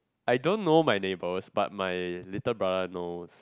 I don't know my neighbours but my little brother knows